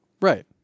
Right